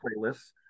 playlists